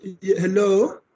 Hello